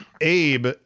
Abe